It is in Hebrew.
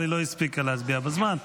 אבל היא לא הספיקה להצביע בזמן.